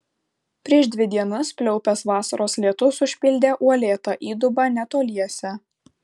prieš dvi dienas pliaupęs vasaros lietus užpildė uolėtą įdubą netoliese